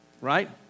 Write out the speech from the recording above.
Right